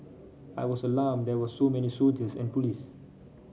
I was alarmed there were so many soldiers and police